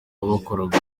abakoraga